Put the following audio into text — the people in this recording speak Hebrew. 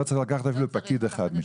לא צריך לקחת פקיד אחד משם.